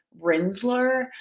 Rinsler